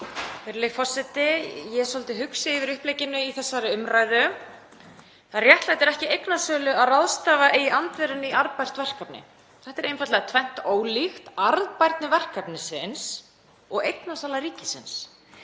Þetta er einfaldlega tvennt ólíkt; arðbærni verkefnisins og eignasala ríkisins.